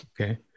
Okay